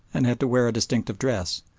and had to wear a distinctive dress.